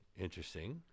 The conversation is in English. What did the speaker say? interesting